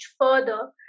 further